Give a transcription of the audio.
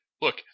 look